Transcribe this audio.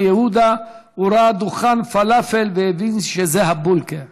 יהודה הוא ראה דוכן פלאפל והבין שזה ה"בולקע"